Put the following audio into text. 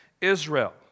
Israel